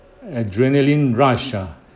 adrenaline rush ah